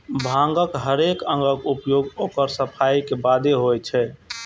भांगक हरेक अंगक उपयोग ओकर सफाइ के बादे होइ छै